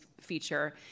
feature